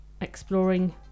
exploring